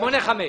תחבורה,